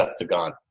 Septagon